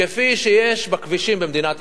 כפי שיש בכבישים במדינת ישראל,